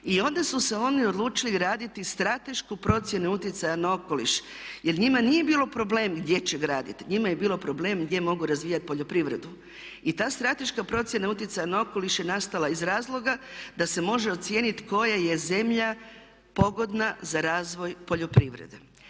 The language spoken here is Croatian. I onda su se oni odlučili graditi stratešku procjenu utjecaja na okoliš jer njima nije bilo problem gdje će graditi, njima je bilo problem gdje mogu razvijati poljoprivredu. I ta strateška procjena utjecaja na okoliš je nastala iz razloga da se može ocijeniti koja je zemlja pogodna za razvoj poljoprivrede.